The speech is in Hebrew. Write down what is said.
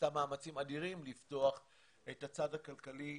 עשתה מאמצים אדירים לפתוח את הצד הכלכלי